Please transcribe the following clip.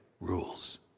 rules